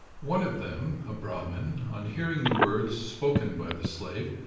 one of them, a brahmin, on hearing the words spoken by the slave,